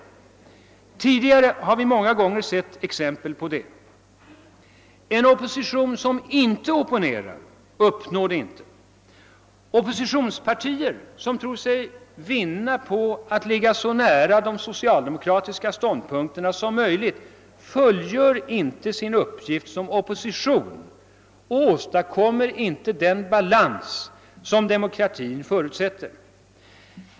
Vi har tidigare många gånger sett exempel på det. En opposition som inte opponerar uppnår inte detta. Oppositionspartier som tror sig vinna på att ligga så nära de socialdemokratiska ståndpunkterna som möjligt fullgör inte sin uppgift som opposition och åstadkommer inte den balans, som demokratin förutsätter.